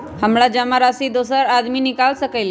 हमरा जमा राशि दोसर आदमी निकाल सकील?